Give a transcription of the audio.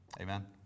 Amen